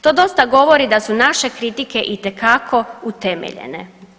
To dosta govori da su naše kritike itekako utemeljene.